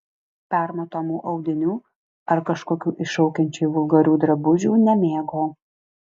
permatomų audinių ar kažkokių iššaukiančiai vulgarių drabužių nemėgo